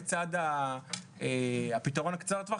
לצד הפתרון קצר הטווח,